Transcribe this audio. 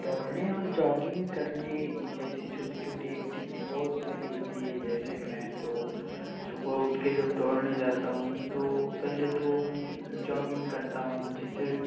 दौड़ने और जॉगिंग करने जैसी छोटी छोटी एक्टिविटी बहुत सारी होती है जैसे मैं तो सुबह उठ कर जब दौड़ने जाता हूँ तो पहले तो मैं जॉगिंग करता हूँ जिससे